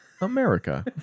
America